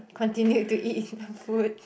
continue to eat the food